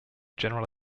general